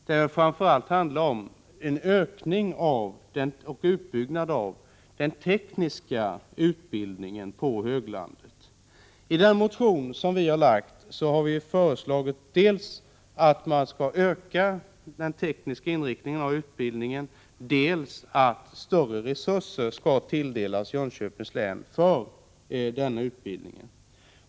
Det handlar framför allt om en utbyggnad av den tekniska utbildningen på höglandet. I motion 2927 har vi föreslagit dels att man skall öka den tekniska inriktningen av utbildningen, dels att större resurser skall tilldelas Jönköpings län för denna utbildning.